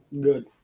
Good